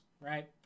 right